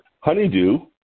honeydew